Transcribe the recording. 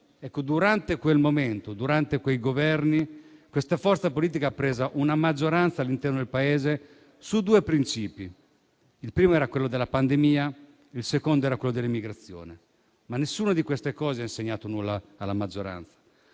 durante quel momento e durante quei Governi, questa forza politica ha preso una maggioranza all'interno del Paese su due principi. Il primo era quello della pandemia, il secondo era quello dell'immigrazione; ma nessuna di queste cose ha insegnato nulla alla maggioranza.